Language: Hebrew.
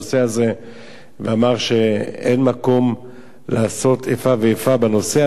הזה ואמר שאין מקום לעשות איפה ואיפה בנושא הזה,